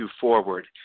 forward